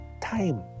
time